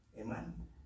amen